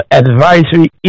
advisory